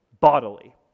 bodily